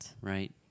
right